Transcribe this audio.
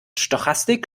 stochastik